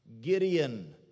Gideon